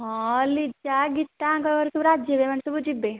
ହଁ ଲିଜା ଗୀତାଙ୍କ ଘରେ ରାଜି ହେଇଗଲେ ସବୁ ଯିବେ